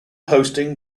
hosting